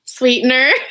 sweetener